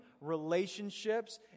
relationships